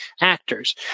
actors